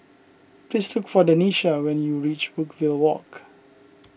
please look for Denisha when you reach Brookvale Walk